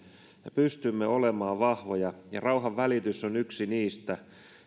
pystymme olemaan vahvoja ja rauhanvälitys on yksi niistä